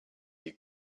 you